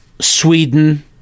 Sweden